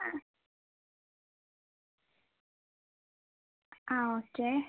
ആ ആ ഓക്കെ